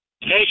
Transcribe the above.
Hey